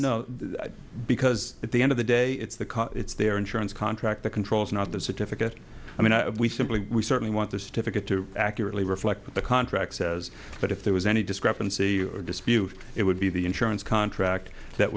no because at the end of the day it's the car it's their insurance contract the controls not the certificate i mean we simply we certainly want this difficult to accurately reflect the contract says but if there was any discrepancy or dispute it would be the insurance contract that